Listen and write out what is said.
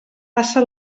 passa